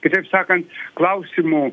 kitaip sakant klausimų